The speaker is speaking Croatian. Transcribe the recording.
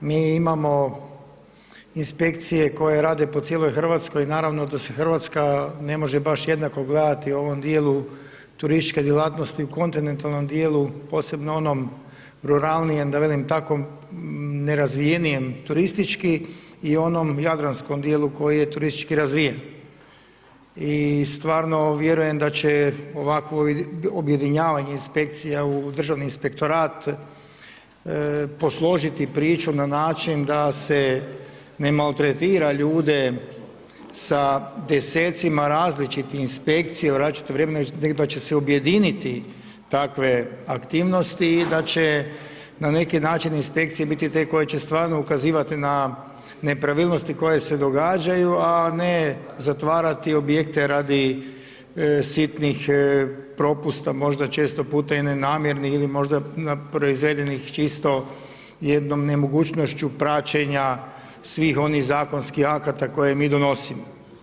Mi imamo inspekcije koje rade po cijeloj RH, naravno da se RH ne može baš jednako gledati u ovom dijelu turističke djelatnosti u kontinentalnom dijelu, posebno onom ruralnijem, da velim tako nerazvijenijem turistički i onom jadranskom dijelu koji je turistički razvijen i stvarno vjerujem da će ovakvo objedinjavanje inspekcija u Državni inspektorat posložiti priču na način da se ne maltretira ljude sa desecima različitih inspekcija u različitom vremenu, nego da će se objediniti takve aktivnosti i da će na neki način inspekcije biti te koje će stvarno ukazivati na nepravilnosti koje se događaju, a ne zatvarati objekte radi sitnih propusta, možda često puta i nenamjernih ili možda proizvedenih čisto jednom nemogućnošću praćenja svih onih zakonskih akata koje mi donosimo.